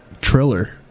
Triller